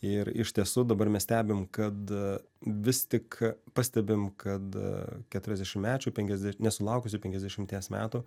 ir iš tiesų dabar mes stebim kad vis tik pastebim kad keturiasdešimtmečių penkiasde nesulaukusių penkiasdešimties metų